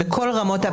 בכל הרמות.